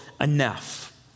enough